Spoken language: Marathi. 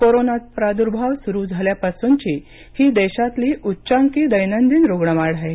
कोरोना प्रादुर्भाव सुरू झाल्यापासूनची ही देशातली उच्चांकी दैनंदिन रुग्ण वाढ आहे